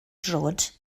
droed